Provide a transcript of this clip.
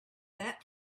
that